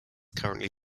currently